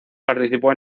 participó